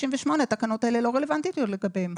התקנות האלה לא רלוונטיות לגביהן.